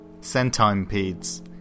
centipedes